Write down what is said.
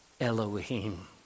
Elohim